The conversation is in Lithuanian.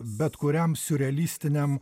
bet kuriam siurrealistiniam